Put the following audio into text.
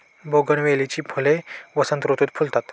बोगनवेलीची फुले वसंत ऋतुत फुलतात